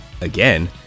again